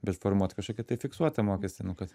bet formuot kažkokį tai fiksuotą mokestį nu kad